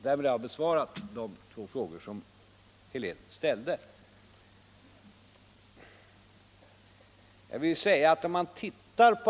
— Därmed har jag besvarat de två frågor som herr Helén ställde.